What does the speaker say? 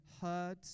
heard